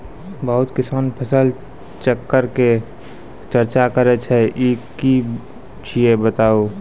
बहुत किसान फसल चक्रक चर्चा करै छै ई की छियै बताऊ?